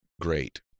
great